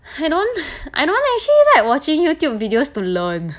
I don't I don't actually like watching youtube videos to learn